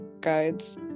guides